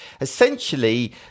essentially